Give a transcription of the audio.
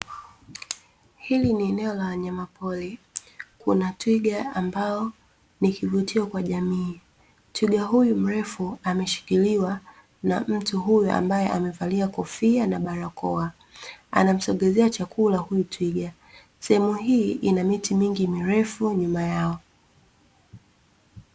Hili ni eneo la wanyama poli kuna twiga ambao ni kivutio kwa jamii, twiga huyu mrefu ameshikiliwa na mtu huyu ambaye amevalia kofia na barakoa anamsogezea chakula huyu twiga, sehemu hii ina miti mingi mirefu nyuma yao.